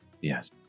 Yes